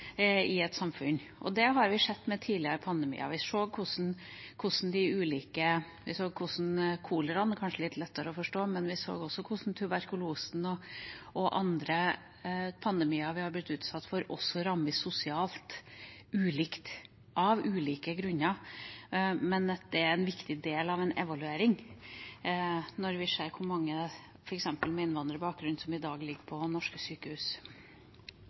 i et samfunn. Det har man sett i forbindelse med tidligere pandemier. Koleraen er kanskje lettere å forstå, men vi så også hvordan tuberkulosen og andre pandemier vi har blitt utsatt for, av ulike grunner har rammet sosialt ulikt. Det er en viktig del av en evaluering, når vi f.eks. ser hvor mange med innvandrerbakgrunn som i dag ligger på norske sykehus.